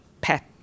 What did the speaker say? pet